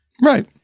right